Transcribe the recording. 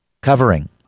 covering